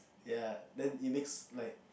ya then it makes like